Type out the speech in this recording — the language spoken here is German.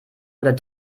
oder